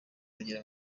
bagira